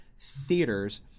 theaters